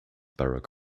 barack